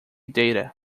data